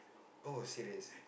oh serious